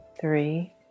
three